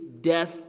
death